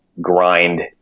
grind